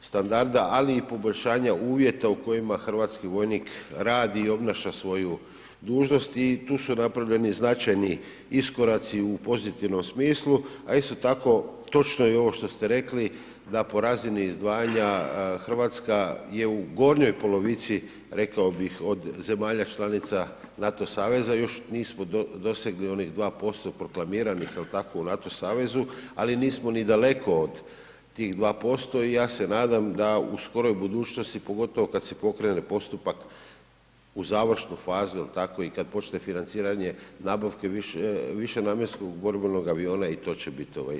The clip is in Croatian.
standarda ali i poboljšanja uvjeta u kojima hrvatski vojnik radi i obnaša svoju dužnost i tu su napravljeni značajni iskoraci u pozitivnom smislu a isto tako, točno je i ovo što ste rekli, da po razini izdvajanja, Hrvatska je u gornjoj polovici, rekao bih od zemalja članica NATO saveza, još nismo dosegli onih 2% proklamiranih kao takvo u NATO savezu ali nismo ni daleko od tih 2% i ja se nadam da u skoroj budućnosti, pogotovo kad se pokrene postupak u završnu fazu, jel' tako, i kad počne financiranje nabave višenamjenskog borbenog aviona, i to će biti riješeno.